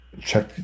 check